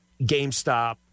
GameStop